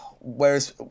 whereas